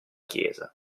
chiesa